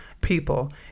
people